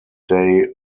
day